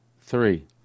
three